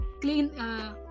clean